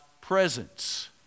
presence